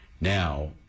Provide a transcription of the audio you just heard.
Now